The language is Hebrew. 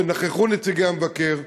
ונכחו נציגי המבקר,